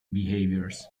behaviors